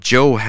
Joe